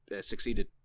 succeeded